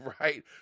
right